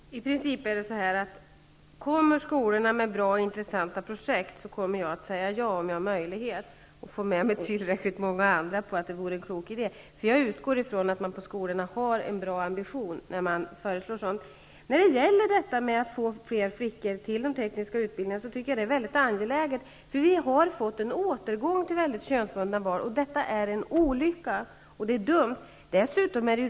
Herr talman! I princip är det så, att om skolorna kommer med bra och intressanta projekt säger jag ja, om jag har möjlighet och får med mig tillräckligt många andra på att det är en klok idé. Jag utgår från att man på skolorna har en bra ambition när man föreslår sådant. Det är mycket angeläget att fler flickor går de tekniska utbildningarna. Vi har fått en återgång till könsbundna val; detta är en olycka, och det är dumt.